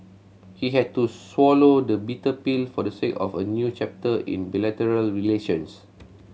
he had to swallow the bitter pill for the sake of a new chapter in bilateral relations